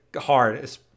hard